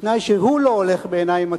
בתנאי שהוא לא הולך בעיניים עצומות.